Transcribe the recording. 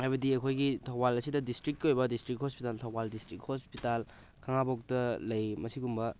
ꯍꯥꯏꯕꯗꯤ ꯑꯩꯈꯣꯏꯒꯤ ꯊꯧꯕꯥꯜ ꯑꯁꯤꯗ ꯗꯤꯁꯇ꯭ꯔꯤꯛꯀꯤ ꯑꯣꯏꯕ ꯗꯤꯁꯇ꯭ꯔꯤꯛ ꯍꯣꯁꯄꯤꯇꯥꯜ ꯊꯧꯕꯥꯜ ꯗꯤꯁꯇ꯭ꯔꯤꯛ ꯍꯣꯁꯄꯤꯇꯥꯜ ꯈꯥꯡꯉꯕꯣꯛꯇ ꯂꯩ ꯃꯁꯤꯒꯨꯝꯕ